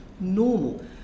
normal